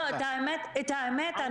את האמת,